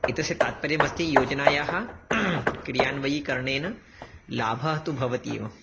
एतस्य तात्पर्यमस्ति योजनायाः क्रियान्वयीकरणेन लाभः तु भवत्येव